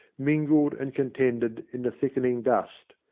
mingled and contended in the thickening dusk.